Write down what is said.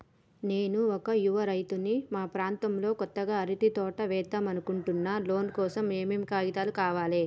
నేను ఒక యువ రైతుని మా ప్రాంతంలో కొత్తగా అరటి తోట ఏద్దం అనుకుంటున్నా లోన్ కోసం ఏం ఏం కాగితాలు కావాలే?